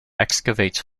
excavates